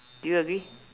do you agree